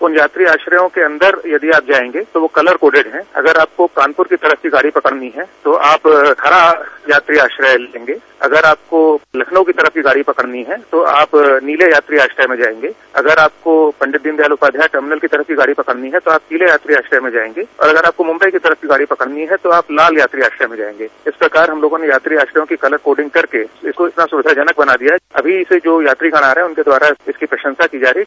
उन यात्री आश्रयों के अन्दर यदि आप जाएंगे तो वो कलर कोटेड हैं अगर आपको कानपुर की तरफ की गाड़ी पकड़नी है तो आप हरा यात्री आश्रय लेंगे अगर आपको लखनऊ की तरफ की गाड़ी पकड़नी है तो आप नीले यात्री आश्रय में जाएंगे अगर आपको पंडित दीन दयाल उपाध्याय टर्मिनल की तरफ की गाड़ी पकड़नी है तो आप पीले यात्री आश्रय में जाएंगे और अगर आपको मुम्बई की तरफ की गाड़ी पकड़नी है तो आप लाल यात्री आश्रय में जाएंगे इस प्रकार हम लोगों ने यात्री आश्रयों की कलर कोडिंग करके इसको इतना सुविधाजनक बना दिया है अभी से जो यात्रीगण आ रहे हैं उनके द्वारा इसकी प्रशंसा की जा रही है